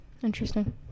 Interesting